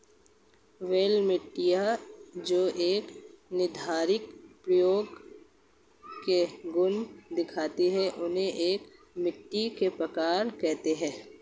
वह मिट्टियाँ जो एक निर्धारित प्रकार के गुण दिखाती है उन्हें एक मिट्टी का प्रकार कहते हैं